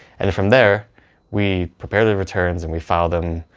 and from there we prepare the returns and we file them.